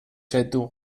دوغ